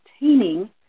obtaining